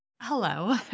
hello